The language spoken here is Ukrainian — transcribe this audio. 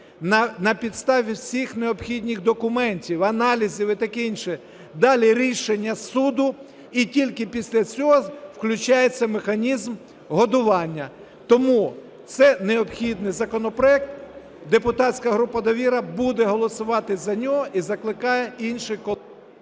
на підставі всіх необхідних документів, аналізів і таке інше, далі рішення суду, і тільки після цього включається механізм годування. Тому це необхідний законопроект. Депутатська група "Довіра" буде голосувати за нього і закликає інших колег…